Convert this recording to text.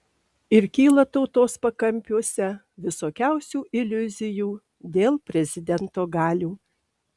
ir kyla tautos pakampiuose visokiausių iliuzijų dėl prezidento galių